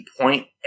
point